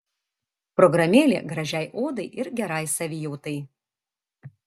programėlė gražiai odai ir gerai savijautai